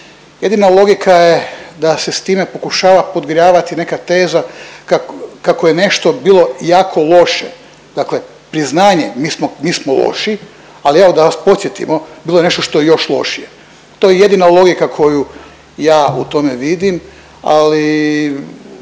jedina logika je da se s time pokušava podgrijavati neka teza kako je nešto bilo jako loše, dakle priznanje mi smo loši, ali evo da vas podsjetimo bilo je nešto što je još lošije. To je jedina logika koju ja u tome vidim, ali